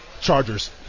Chargers